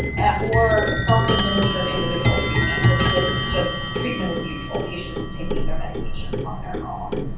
or self administered individual treatment, which was just treatment as usual, patients taking their medications on their own.